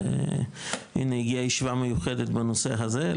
והנה הגיעה הישיבה המיוחדת בנושא הזה.